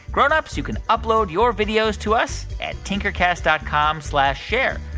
grown-ups, you can upload your videos to us at tinkercast dot com slash share.